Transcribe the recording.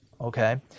Okay